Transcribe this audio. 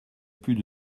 plus